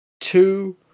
two